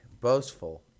boastful